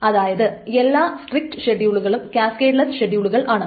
അതായത് എല്ലാ സ്ട്രിക്റ്റ് ഷെഡ്യൂളുകളും ക്യാസ്കേഡ്ലെസ്സ് ഷെഡ്യൂളുകൾ ആണ്